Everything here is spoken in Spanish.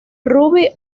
ruby